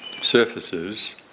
surfaces